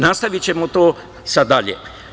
Nastavićemo to sad dalje.